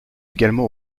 également